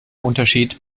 unterschied